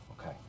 Okay